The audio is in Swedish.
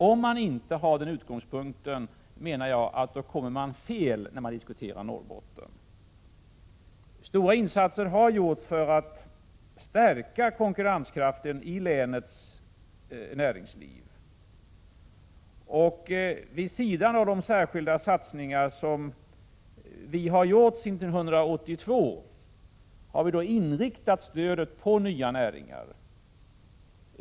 Om man inte har den utgångspunkten menar jag att man kommer fel när man diskuterar Norrbotten. Stora insatser har gjorts för att stärka konkurrenskraften i länets näringsliv. Vid sidan av de särskilda satsningar som har gjorts sedan 1982 har vi inriktat stödet på nya näringar.